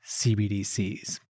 CBDCs